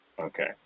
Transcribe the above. okay